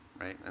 right